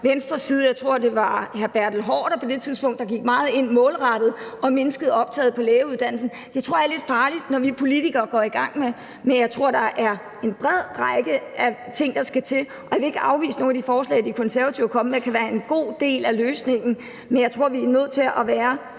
Venstres side – jeg tror, det var hr. Bertel Haarder – at man gik ind og meget målrettet mindskede optaget på lægeuddannelsen, og jeg tror, det er lidt farligt, når vi politikere går i gang med sådan noget, men jeg tror, der er en bred vifte af ting, der skal til. Jeg vil ikke afvise, at nogle af de forslag, Konservative kommer med, kan være en god del af løsningen, men jeg tror, vi er nødt til at være